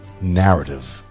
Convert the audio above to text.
narrative